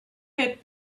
had